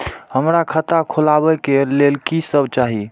हमरा खाता खोलावे के लेल की सब चाही?